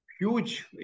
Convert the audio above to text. huge